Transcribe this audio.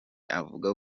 avuga